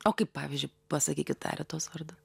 o kaip pavyzdžiui pasakykit taria tuos vardu